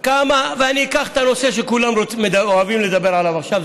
ואני אקח את הנושא שכולם אוהבים לדבר עליו עכשיו,